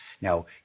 Now